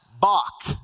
Bach